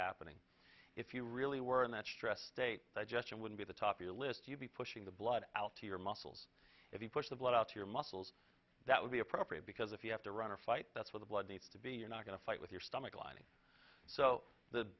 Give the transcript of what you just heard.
happening if you really were in that stressed state digestion would be the top your list you'd be pushing the blood out to your muscles if you push the blood out to your muscles that would be appropriate because if you have to run or fight that's where the blood needs to be you're not going to fight with your stomach lining so the